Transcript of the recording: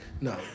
no